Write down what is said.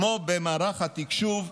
כמו במערך התקשוב,